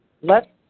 Let